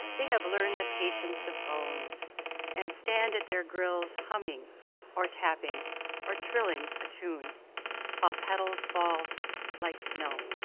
they have learned the patience of bones and stand at their grills humming or tapping or trilling a tune while petals fall like snow.